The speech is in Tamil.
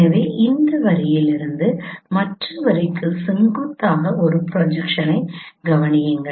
எனவே இந்த வரியிலிருந்து மற்ற வரிக்கு செங்குத்தாக ஒரு ப்ரொஜெக்ஷனை கவனியுங்கள்